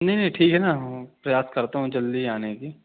नहीं नहीं ठीक है ना प्रयास करता हूँ जल्दी आने की